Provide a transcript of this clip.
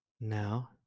Now